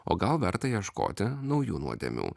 o gal verta ieškoti naujų nuodėmių